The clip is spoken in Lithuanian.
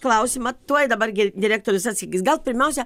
klausimą tuoj dabar gi direktorius atsakys gal pirmiausia